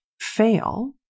fail